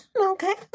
Okay